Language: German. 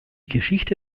geschichte